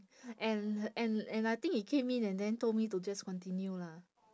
and and and I think he came in and then told me to just continue lah